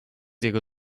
jego